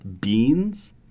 Beans